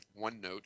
OneNote